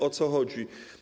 O co chodzi?